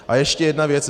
A ještě jedna věc.